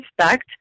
respect